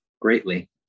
greatly